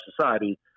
society